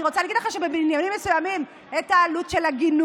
ואני רוצה להגיד לך שבבניינים מסוימים זה יחסוך גם את העלות של הגינון,